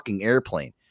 airplane